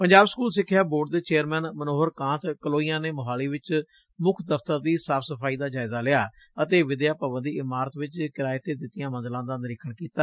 Punjab school ਸਿੱਖਿਆ board ਦੇ chairman Manohar Kant Kalohia ਨੇ ਮੋਹਾਲੀ ਚ ਮੁੱਖ ਦਫ਼ਤਰ ਦੀ ਸਾਫ ਸਫਾਈ ਦਾ ਜਾਇਜ਼ਾ ਲਿਆ ਅਤੇ ਵਿੱਦਿਆ ਭਵਨ ਦੀ ਇਮਾਰਤ ਵਿੱਚ ਕਿਰਾਏ ਤੇ ਦਿੱਤੀਆਂ ਮੰਜ਼ਿਲਾਂ ਦਾ ਨਿਰੀਖਣ ਕੀਤਾ